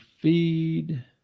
feed